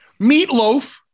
Meatloaf